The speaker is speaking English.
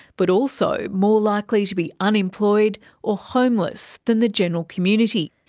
but also more likely to be unemployed or homeless than the general community.